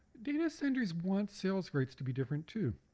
data senders want sales rights to be different too.